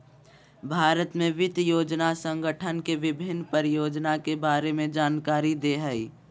भारत में वित्त योजना संगठन के विभिन्न परियोजना के बारे में जानकारी दे हइ